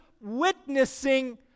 witnessing